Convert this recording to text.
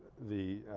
the